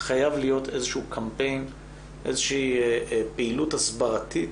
חייב להיות איזה שהוא קמפיין ופעילות הסברתית